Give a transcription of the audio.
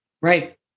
Right